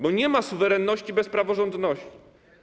Bo nie ma suwerenności bez praworządności.